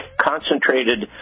concentrated